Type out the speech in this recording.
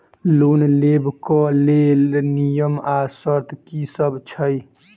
Loan लेबऽ कऽ लेल नियम आ शर्त की सब छई?